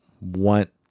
want